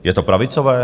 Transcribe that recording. Je to pravicové?